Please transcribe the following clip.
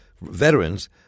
veterans